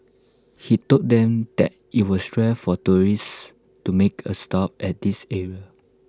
he told them that IT was rare for tourists to make A stop at this area